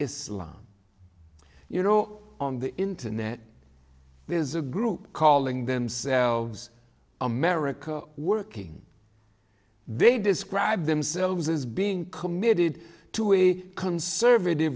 islam you know on the internet there is a group calling themselves america working they describe themselves as being committed to a conservative